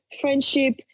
friendship